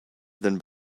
than